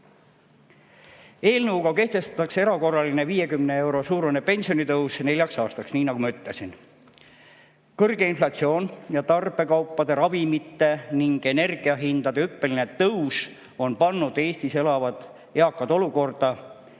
Eelnõuga kehtestatakse erakorraline 50 euro suurune pensionitõus neljaks aastaks, nii nagu ma ütlesin. Kõrge inflatsioon, tarbekaupade-, ravimi- ning energiahindade hüppeline tõus on pannud Eestis elavad eakad olukorda,